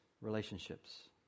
relationships